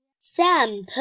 sam